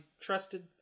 trusted